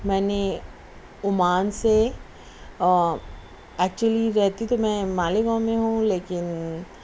میں نے عمان سے اور ایکچولی رہتی تو میں مالیگاؤں میں ہوں لیکن